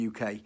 UK